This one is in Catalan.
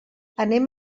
anem